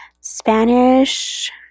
Spanish